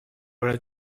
voilà